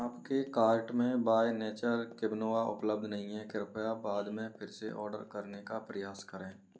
आपके कार्ट में by nature quinoa उपलब्ध नहीं है कृपया बाद में फिर से ऑर्डर करने का प्रयास करें